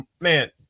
Man